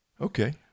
Okay